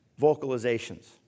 vocalizations